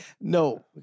No